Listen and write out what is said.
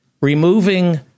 removing